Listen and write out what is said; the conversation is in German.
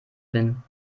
bin